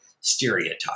stereotype